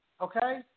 Okay